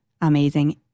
amazing